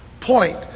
point